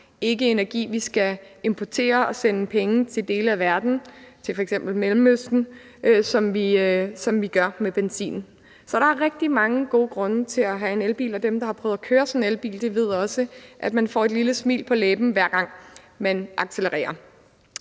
ikke energi, som vi skal importere, og hvor vi skal sende penge til andre dele af verden, f.eks. til Mellemøsten, som vi gør det med benzin. Så der er rigtig mange gode grunde til at have en elbil, og dem, der har prøvet at køre sådan en elbil, ved også, at man får et lille smil på læben, hver gang man accelererer.